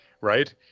right